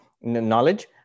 knowledge